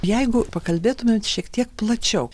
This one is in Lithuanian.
jeigu pakalbėtumėm šiek tiek plačiau